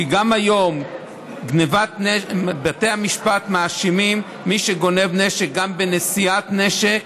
כי גם היום בתי המשפט מאשימים מי שגונב נשק גם בנשיאת נשק,